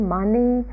money